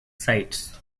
sites